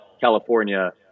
California